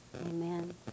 Amen